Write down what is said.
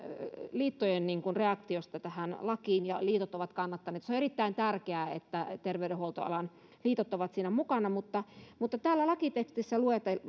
liittojen reaktiosta tähän lakiin kun liitot ovat kannattaneet on erittäin tärkeää että terveydenhuoltoalan liitot ovat siinä mukana mutta mutta täällä lakitekstissä